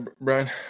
Brian